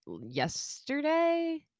yesterday